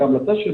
זו ההמלצה,